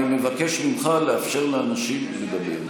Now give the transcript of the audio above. אני מבקש ממך לאפשר לאנשים לדבר.